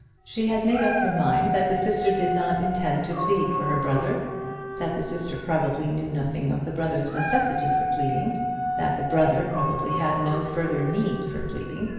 she had made up her mind that the sister did not intend to plead for her brother that the sister probably knew nothing of the brother's necessity for pleading that the brother probably had no further need for pleading!